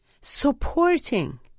supporting